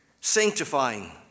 Sanctifying